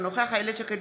אינו נוכח איילת שקד,